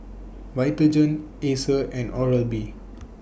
Vitagen Acer and Oral B